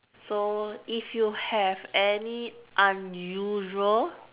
so if you have any unusual